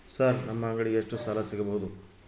Sir ನಮ್ಮ ಅಂಗಡಿಗೆ ಎಷ್ಟು ಸಾಲ ಸಿಗಬಹುದು?